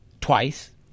twice